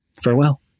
Farewell